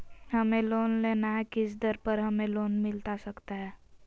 हमें लोन लेना है किस दर पर हमें लोन मिलता सकता है?